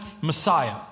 Messiah